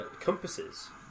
compasses